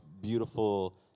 beautiful